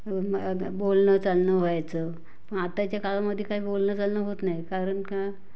बोलणं चालणं व्हायचं पण आत्ताच्या काळामध्ये काही बोलणं चालणं होत नाही कारण का